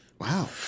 Wow